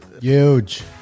Huge